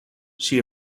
she